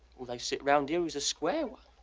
all they sit round here is a square one.